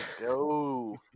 go